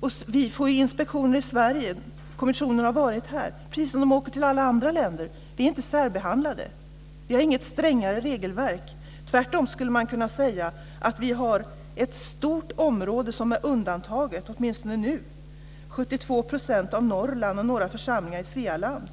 kommit till. Vi får inspektioner i Sverige. Kommissionen har varit här, precis som de åker till alla andra länder. Vi är inte särbehandlade. Vi har inget strängare regelverk. Tvärtom skulle man kunna säga att vi åtminstone nu har ett stort område som är undantaget, 72 % av Norrland och några församlingar i Svealand.